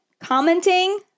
commenting